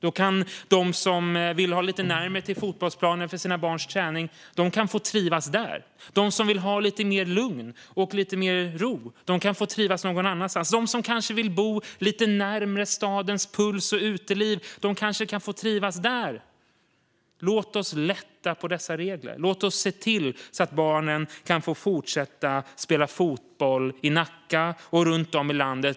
Då kan de som vill ha lite närmare till fotbollsplanen för sina barns träning trivas där, och de som vill ha lite mer lugn och ro kan få trivas någon annanstans. De som vill bo lite närmare stadens puls och uteliv kanske kan få trivas där. Låt oss lätta på dessa regler. Låt oss se till att barnen kan fortsätta att spela fotboll i Nacka och runt om i landet.